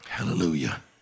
Hallelujah